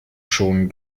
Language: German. schon